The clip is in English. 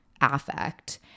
affect